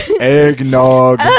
Eggnog